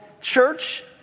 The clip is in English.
church